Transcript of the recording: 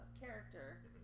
character